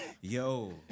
Yo